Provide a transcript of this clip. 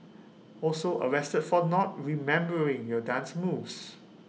also arrested for not remembering your dance moves